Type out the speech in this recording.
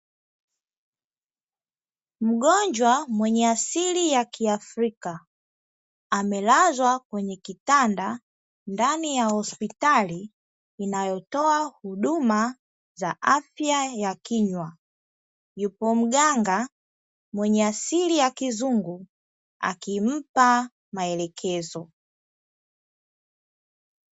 Mgonjwa mwenye asili ya kiafrika, amelazwa kwenye kitanda ndani ya hospitali inayotoa huduma za afya ya kinywa. Yupo mganga mwenye asili ya kizungu akimpa maelekezo.